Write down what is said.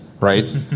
right